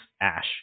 Ash